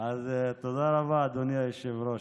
אז תודה רבה, אדוני היושב-ראש.